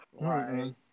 Right